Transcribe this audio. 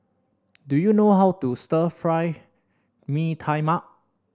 do you know how to Stir Fry Mee Tai Mak